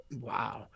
Wow